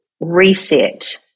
reset